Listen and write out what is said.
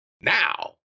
Now